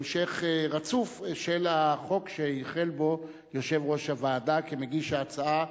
המשך רצוף של החוק שהחל בו יושב-ראש הוועדה כמגיש ההצעה,